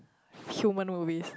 human movie